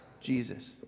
Jesus